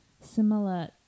similar